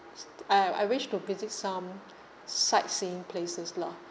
s~ t~ I I wish to visit some sightseeing places lah